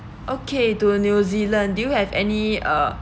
okay to new zealand do you have any uh